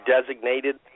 designated